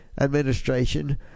administration